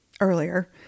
earlier